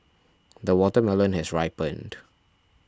the watermelon has ripened